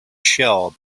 shell